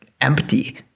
empty